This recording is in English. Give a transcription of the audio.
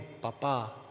papa